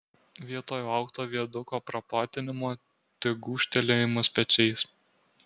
vietoj laukto viaduko praplatinimo tik gūžtelėjimas pečiais